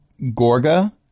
Gorga